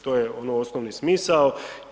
To je ono, osnovni smisao.